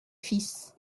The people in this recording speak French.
fils